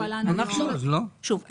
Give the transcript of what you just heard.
שוב,